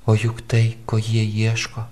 o juk tai ko jie ieško